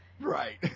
Right